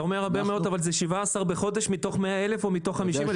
אתה אומר הרבה מאוד אבל זה 17 בחודש מתוך 100,000 או מתוך 50,000?